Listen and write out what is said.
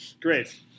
Great